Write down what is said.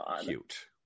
cute